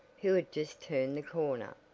who had just turned the corner.